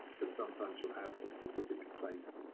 but sometimes you'll have a specific place.